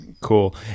cool